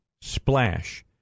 splash